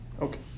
Okay